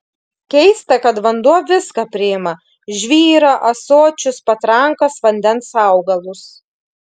keista kad vanduo viską priima žvyrą ąsočius patrankas vandens augalus